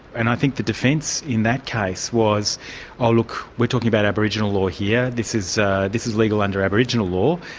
and i think the defence in that case was oh look, we're talking about aboriginal law here, this is this is legal under aboriginal law.